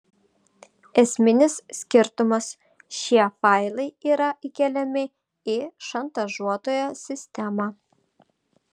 esminis skirtumas šie failai yra įkeliami į šantažuotojo sistemą